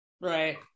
Right